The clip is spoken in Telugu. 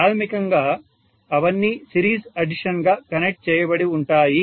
ప్రాథమికంగా అవన్నీ సిరీస్ అడిషన్ గా కనెక్ట్ చేయబడి ఉంటాయి